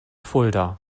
fulda